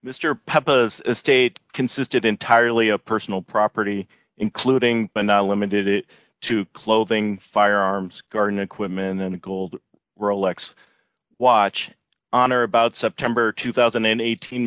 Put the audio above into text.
has state consisted entirely of personal property including but not limited it to clothing firearms garden equipment and gold rolex watch on or about september two thousand and eighteen